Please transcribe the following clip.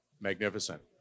Magnificent